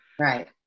Right